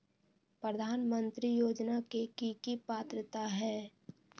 प्रधानमंत्री योजना के की की पात्रता है?